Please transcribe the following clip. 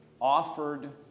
offered